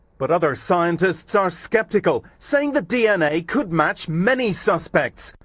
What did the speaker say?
but other scientists are skeptical, saying the dna could match many suspects.